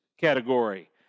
category